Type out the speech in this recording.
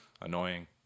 annoying